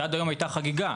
שעד היום הייתה חגיגה.